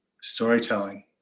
Storytelling